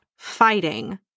Fighting